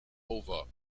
over